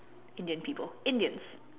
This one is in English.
Indian people Indians